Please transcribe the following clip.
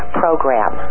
program